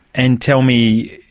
and tell me,